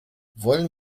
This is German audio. wollen